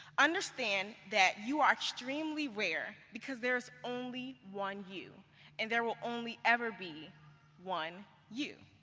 understand that you are extremely rare because there is only one you and there will only ever be one you.